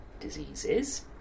diseases